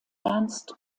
ernst